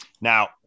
Now